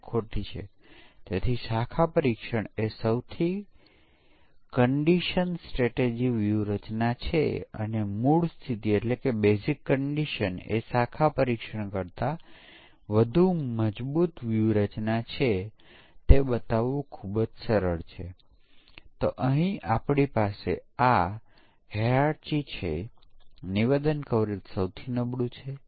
એક દૃશ્યમાં તે આઇસોસીલ્સ નીચે લખે છે અન્ય દૃશ્યમાં સ્કેલિન ત્રીજા દૃશ્યમાં સમકક્ષ ચોથા દૃશ્યમાં ત્રિકોણ નહીં તેવું લખે છે